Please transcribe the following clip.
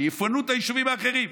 שיפנו את היישובים האחרים.